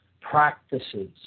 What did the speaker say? practices